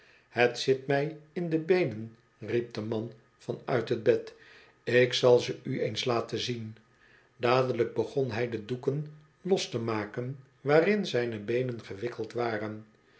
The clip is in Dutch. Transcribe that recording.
het zit mij in de beenen riep de man van uit het bed ik zal ze u eens laten zien dadelijk begon hij de doeken los te maken waarin zijne beenen gewikkeld waren